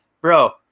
Bro